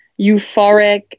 euphoric